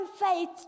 faith